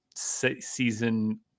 Season